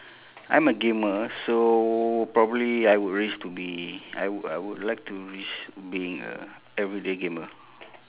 I'm a gamer so probably I would wish to be I w~ I would like to wish being a everyday gamer